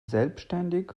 selbstständig